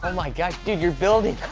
and my gosh dude, your building!